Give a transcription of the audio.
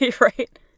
Right